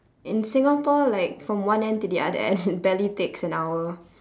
in singapore like from one end to the other end barely takes an hour